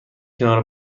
کنار